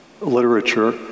literature